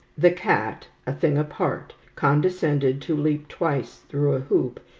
the cat, a thing apart, condescended to leap twice through a hoop,